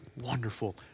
wonderful